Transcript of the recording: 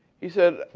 he said,